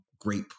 great